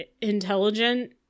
intelligent